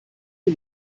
die